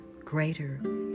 greater